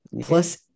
Plus